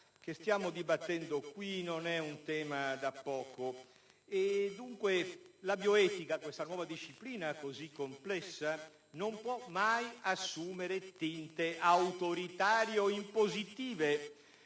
che stiamo dibattendo qui non è un tema da poco, e dunque la bioetica, questa nuova disciplina così complessa, non può mai assumere tinte autoritarie o impositive,